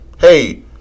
hey